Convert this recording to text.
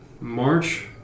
March